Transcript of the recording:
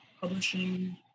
publishing